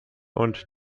und